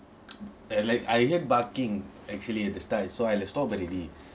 and like I hate barking actually at this time so I say stopped already